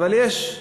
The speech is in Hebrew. אבל יש,